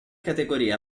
categoria